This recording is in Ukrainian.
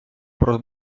про